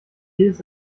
jedes